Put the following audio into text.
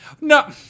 no